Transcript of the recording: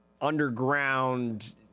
underground